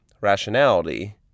rationality